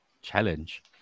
challenge